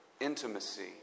intimacy